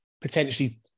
potentially